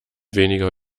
weniger